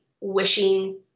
wishing